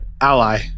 ally